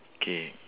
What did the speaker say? K